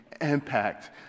impact